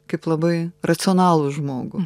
kaip labai racionalų žmogų